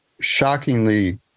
shockingly